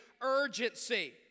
urgency